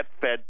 Fed